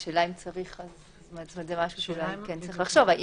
יש מקום לחשוב על זה?